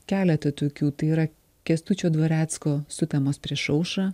keletą tokių tai yra kęstučio dvarecko sutemos prieš aušrą